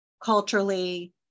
Culturally